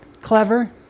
clever